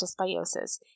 dysbiosis